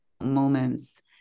moments